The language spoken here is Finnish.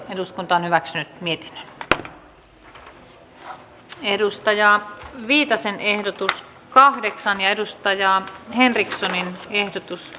eduskunta edellyttää että hallitus ryhtyy toimiin kokopäiväisen päivähoito oikeuden palauttamiseksi